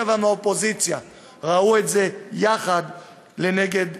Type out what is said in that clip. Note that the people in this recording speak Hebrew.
ומהאופוזיציה ראו את זה יחד לנגד עיניהם,